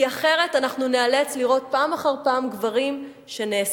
כי אחרת אנחנו ניאלץ לראות פעם אחר פעם גברים שנאסרים,